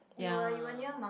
ya